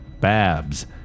Babs